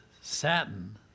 satin